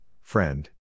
friend